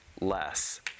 less